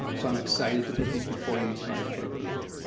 um so i'm excited to put these before you tonight for approval.